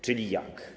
Czyli jak?